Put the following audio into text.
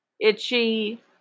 itchy